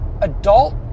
Adult